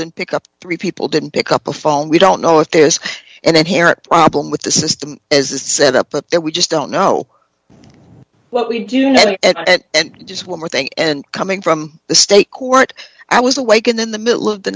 didn't pick up three people didn't pick up the phone we don't know if there is an inherent problem with the system is set up that we just don't know what we do know and just one more thing and coming from the state court i was awakened in the middle of the